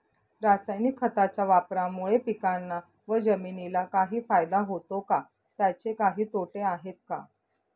रासायनिक खताच्या वापरामुळे पिकांना व जमिनीला काही फायदा होतो का? त्याचे काही तोटे आहेत का?